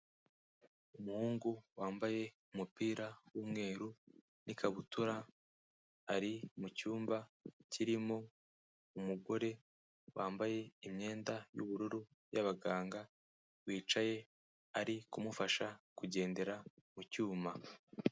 Umuhungu wambaye umupira w'umweru n'ikabutura, ari mu cyumba kirimo umugore wambaye imyenda y'ubururu y'abaganga wicaye ari kumufasha kugendera mu cyuma.